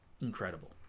Incredible